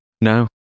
No